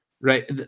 right